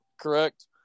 correct